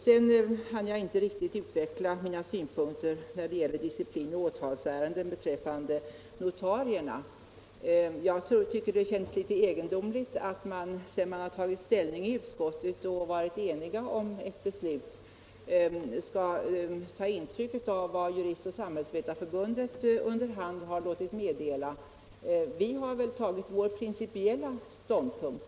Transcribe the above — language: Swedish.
Sedan hann jag inte riktigt utveckla mina synpunkter när det gäller disciplinoch åtalsärenden beträffande notarierna. Jag tycker det känns litet egendomligt att man, sedan man tagit ställning i utskottet och varit enig om ett beslut, skall ta intryck av vad Juristoch Samhällsvetareförbundet under hand har låtit meddela. Vi har tagit vår principiella ståndpunkt.